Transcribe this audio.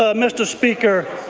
ah mr. speaker,